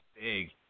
big